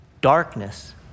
darkness